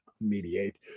mediate